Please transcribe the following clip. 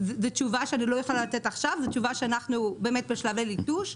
זאת תשובה שאני לא יכולה לתת עכשיו מכיוון שאנחנו באמת בשלבי ליטוש.